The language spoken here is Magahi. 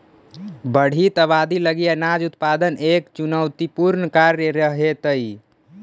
बढ़ित आबादी लगी अनाज उत्पादन एक चुनौतीपूर्ण कार्य रहेतइ